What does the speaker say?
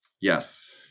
Yes